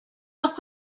heures